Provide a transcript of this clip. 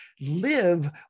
live